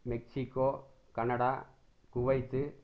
Mexico Canada Kuwait